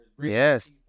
Yes